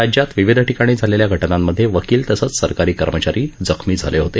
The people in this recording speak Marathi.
राज्यात विविध ठिकाणी झालेल्या घटनांमधे वकील तसंच सरकारी कर्मचारी जखमी झाले होते